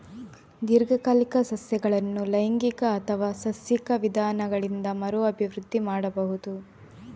ದೀರ್ಘಕಾಲಿಕ ಸಸ್ಯಗಳನ್ನು ಲೈಂಗಿಕ ಅಥವಾ ಸಸ್ಯಕ ವಿಧಾನಗಳಿಂದ ಮರು ಅಭಿವೃದ್ಧಿ ಮಾಡಬಹುದು